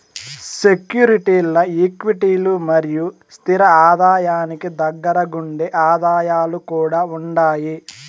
సెక్యూరీల్ల క్విటీలు మరియు స్తిర ఆదాయానికి దగ్గరగుండే ఆదాయాలు కూడా ఉండాయి